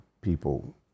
people